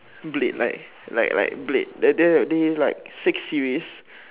blade like like like blade there they they like six series